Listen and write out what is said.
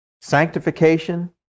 sanctification